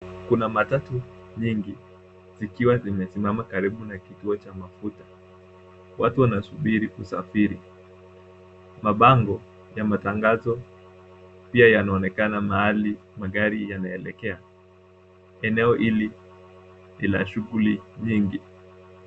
Kuna matatu nyingi zikiwa zimesimama karibu na kituo cha mafuta. Watu wanasubiri usafiri. Mabango ya matangazo pia yanaonekana mahali magari yanaelekea. Eneo hili ina shughuli nyingi.